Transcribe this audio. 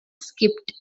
skipped